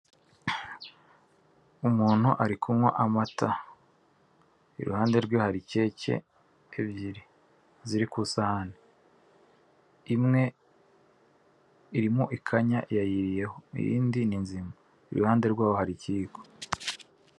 Umuntu ari kunywa amata, iruhande rwe hari keke ebyiri ziri ku isahani, imwe iriho ikanya yayiriyeho, iyindi ni nzima, iruhande rwaho hari ikiyiko.